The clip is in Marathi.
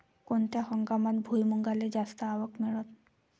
कोनत्या हंगामात भुईमुंगाले जास्त आवक मिळन?